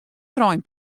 trein